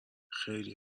خیلی